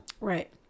Right